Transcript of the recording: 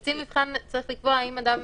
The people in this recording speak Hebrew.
קצין מבחן צריך לקבוע האם אדם